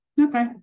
Okay